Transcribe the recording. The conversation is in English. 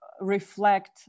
reflect